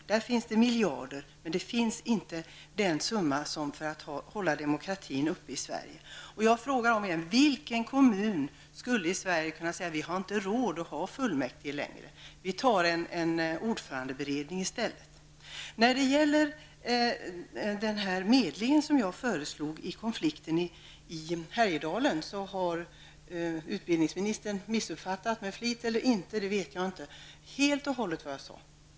Där finns det miljarder, men det finns inte den summa som behövs för att hålla demokratin uppe i Sverige. Jag frågar än en gång: Vilken kommun i Sverige skulle kunna säga att vi inte har råd att ha fullmäktige och därför skall vi i stället ha en ordförandeberedning? Utbildningsministern har helt och hållet, medvetet eller omedvetet, missuppfattat mig när det gäller den medling som jag föreslog i konflikten i Härjedalen.